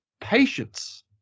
patience